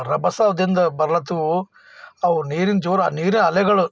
ರಭಸದಿಂದ ಬರಲತ್ತುವು ಅವು ನೀರಿನ ಜೋರು ನೀರ ಅಲೆಗಳು